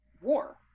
war